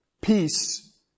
Peace